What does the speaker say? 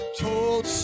told